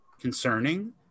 concerning